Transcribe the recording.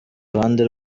uruhande